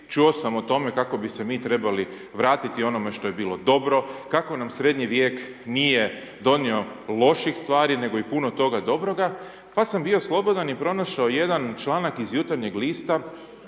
čuo sam o tome kako bi se mi trebali vratiti onome što je bilo dobro, kako nam srednji vijek nije donio loših stvari, nego i puno toga dobroga, pa sam bio slobodan i pronašao jedan članak iz Jutarnjeg lista